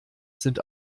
sind